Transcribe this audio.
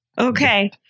Okay